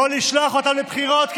לא לשלוח אותם לבחירות,